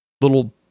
little